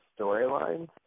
storylines